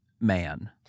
man